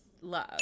love